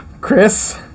Chris